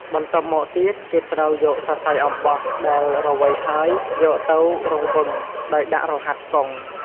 បន្ទាប់មកទៀតគេត្រូវយកសសៃអំបោះដែលរវៃហើយយកទៅរង្វឹងដោយដាក់រហាត់កុង។